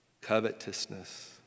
covetousness